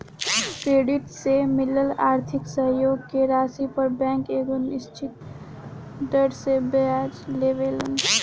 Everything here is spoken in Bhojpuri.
क्रेडिट से मिलल आर्थिक सहयोग के राशि पर बैंक एगो निश्चित दर से ब्याज लेवेला